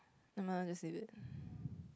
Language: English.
never mind just leave it